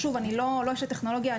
אני לא אשת טכנולוגיה.